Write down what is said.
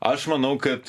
aš manau kad